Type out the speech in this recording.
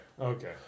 okay